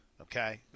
Okay